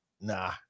nah